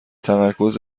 تمرکز